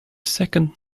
second